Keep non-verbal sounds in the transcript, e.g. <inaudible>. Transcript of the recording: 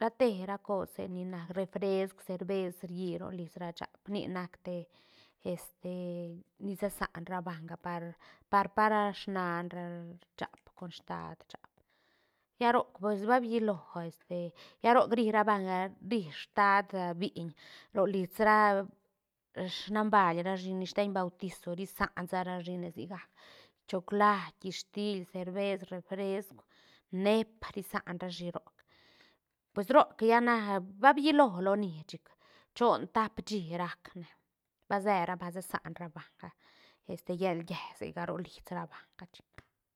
ra te ra cose ni nac refresku cerbes ri ï ro lis ra shaap nic nac te este ni se saan rabanga par par pa ra snaan ra shaap con staat shaap lla roc pues ba biilo este lla roc ri ra banga ri staat a biiñ ro lis ra <hesitation> snaan bail rashi ni steñ bautizo ri saan sa rashine sigac choclait, histil, cerbes, refresku, neep, ri san rashi roc pues roc lla na ba biilo loni chic chon, tap shí rac ne ba se ra banga se saan ra banga este llel giesega ro liis ra banga chic.